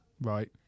Right